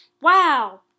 Wow